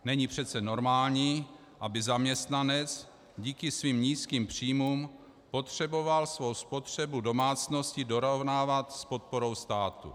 Není přece normální, aby zaměstnanec díky svým nízkým příjmům potřeboval svou spotřebu domácností dorovnávat s podporou státu.